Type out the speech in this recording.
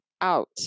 out